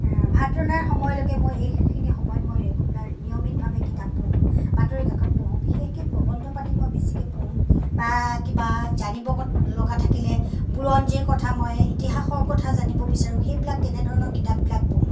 ভাত ৰন্ধাৰ সময়লৈকে মই এইখিনি সময়ত মই ৰেগুলাৰ নিয়মিতভাৱে কিতাপ পঢ়ো বাতৰি কাকত পঢ়ো বিশেষকৈ প্ৰবন্ধ পাতি মই বেছিকৈ পঢ়ো বা কিবা জানিবলগা থাকিলে বুৰঞ্জীৰ কথা মই ইতিহাসৰ কথা জানিব বিচাৰোঁ সেইবিলাক তেনেধৰণৰ কিতাপবিলাক পঢ়ো